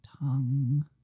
tongue